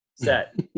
set